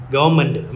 Government